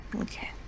Okay